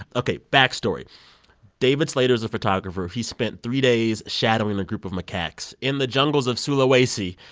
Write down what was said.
ok, back story david slater is a photographer. he spent three days shadowing a group of macaques in the jungles of sulawesi.